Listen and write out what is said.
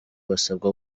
basabwa